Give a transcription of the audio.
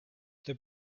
the